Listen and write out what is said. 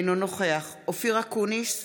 אינו נוכח אופיר אקוניס,